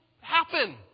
happen